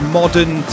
modern